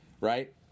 right